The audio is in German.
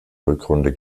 rückrunde